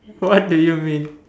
what do you mean